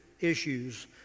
issues